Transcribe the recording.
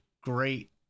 great